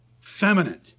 Feminine